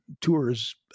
tours